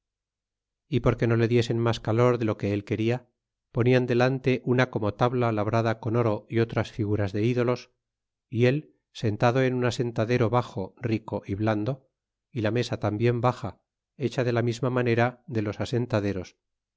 y porque no le diesen mas calor de lo que el quena ponían delante una como tabla labrada con oro y otras figuras de ídolos y él sentado en un asentadero baxo rico y blando e la mesa tambien baxa hecha de la misma manera de los asentaderos